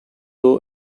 low